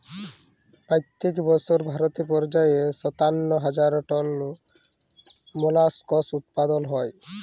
পইত্তেক বসর ভারতে পর্যায়ে সাত্তান্ন হাজার টল মোলাস্কাস উৎপাদল হ্যয়